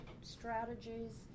strategies